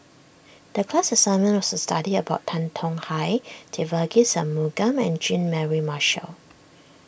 the class assignment was to study about Tan Tong Hye Devagi Sanmugam and Jean Mary Marshall